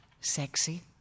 Sexy